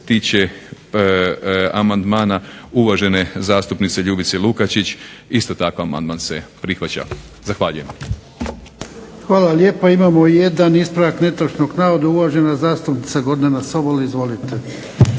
tiče amandmana uvažene zastupnice Ljubice Lukačić isto tako amandman se prihvaća. Zahvaljujem. **Jarnjak, Ivan (HDZ)** Hvala lijepa. Imamo i jedan ispravak netočnog navoda uvažena zastupnica Gordana Sobol. Izvolite.